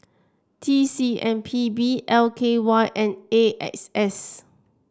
T C M P B L K Y and A X S